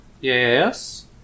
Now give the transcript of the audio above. Yes